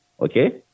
okay